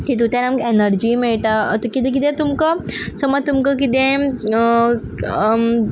तितूंतल्यान आमकां एनर्जी मेळटा आनी कितें कितें तुमकां समज तुमकां कितें